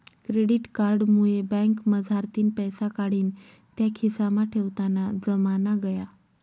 credit card मुये बँकमझारतीन पैसा काढीन त्या खिसामा ठेवताना जमाना गया